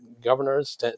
governors